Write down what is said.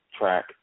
track